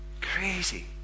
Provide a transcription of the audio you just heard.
crazy